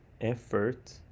effort